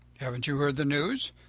haven't you heard the news?